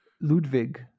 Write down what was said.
Ludwig